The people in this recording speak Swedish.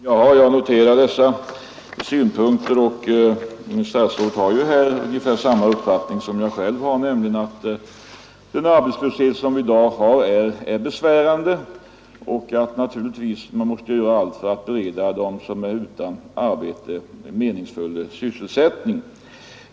Herr talman! Jag noterar dessa synpunkter, och statsrådet har ungefär samma uppfattning som jag själv, nämligen att den arbetslöshet som vi har i dag är besvärande och att man naturligtvis måste göra allt för att bereda dem som är utan arbete meningsfull sysselsättning.